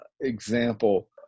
example